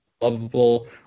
lovable